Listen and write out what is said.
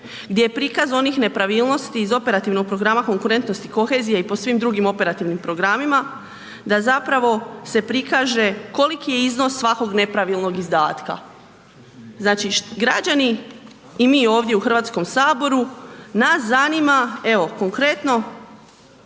gdje je prikaz onih nepravilnosti iz operativnog programa Konkurentnost i kohezija i po svim drugim operativnim programima da zapravo se prikaže koliki je iznos svakog nepravilnog izdatka. Znači građani i mi ovdje u Hrvatskom saboru, nas zanima evo konkretno